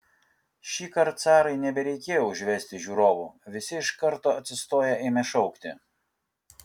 šįkart sarai nebereikėjo užvesti žiūrovų visi iš karto atsistoję ėmė šaukti